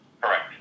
Correct